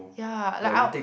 ya like out